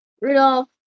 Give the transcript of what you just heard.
Rudolph